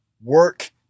work